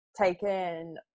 taken